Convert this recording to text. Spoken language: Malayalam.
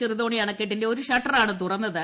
ചെറുതോണി അണക്കെട്ടിന്റെ ഒരു ഷട്ടറാണ് തുറന്നത്